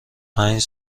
پنج